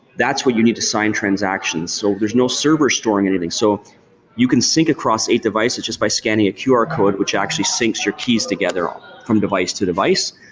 that's where you need to sign transactions. so there's no server storing anything so you can sync across eight devices just by scanning a qr code, which actually syncs your keys together from device to device.